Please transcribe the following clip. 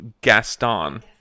Gaston